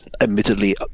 admittedly